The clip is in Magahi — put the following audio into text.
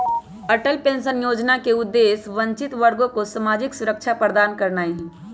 अटल पेंशन जोजना के उद्देश्य वंचित वर्गों के सामाजिक सुरक्षा प्रदान करनाइ हइ